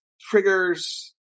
triggers